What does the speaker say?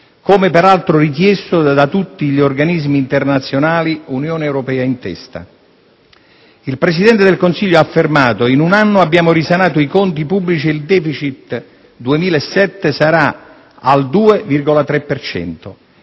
come per altro richiesto da tutti gli organismi internazionali, Unione Europea in testa. Il Presidente del Consiglio ha affermato: "In un anno abbiamo risanato i conti pubblici e il *deficit* 2007 sarà al 2,3